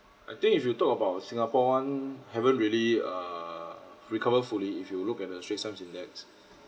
I think if you talk about singapore [one] haven't really err recover fully if you look at the Straits Times Index